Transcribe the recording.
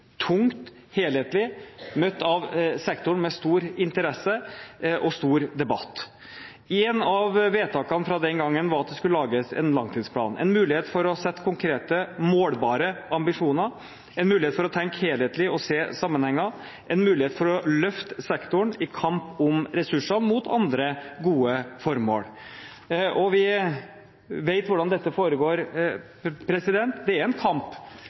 og helhetlig, og ble møtt av sektoren med stor interesse og stor debatt. Ett av vedtakene fra den gangen var at det skulle lages en langtidsplan: en mulighet for å sette konkrete, målbare ambisjoner, en mulighet for å tenke helhetlig og se sammenhenger, en mulighet for å løfte sektoren i kamp om ressurser mot andre gode formål. Vi vet hvordan dette foregår, det er en kamp